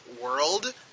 world